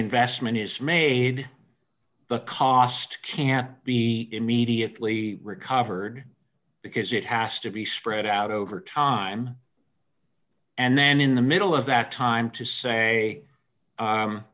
investment is made the cost can be immediately recovered because it has to be spread out over time and then in the middle of that time to say